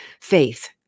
faith